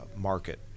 market